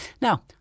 Now